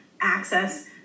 access